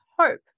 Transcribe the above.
hope